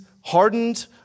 hardened